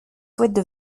souhaite